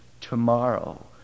tomorrow